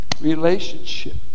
Relationship